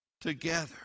together